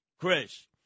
Chris